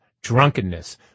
drunkenness